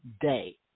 day